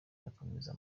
ayakomereza